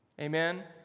Amen